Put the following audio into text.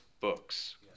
books